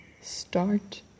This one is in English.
start